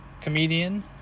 comedian